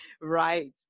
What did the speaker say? Right